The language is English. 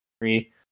three